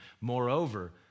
Moreover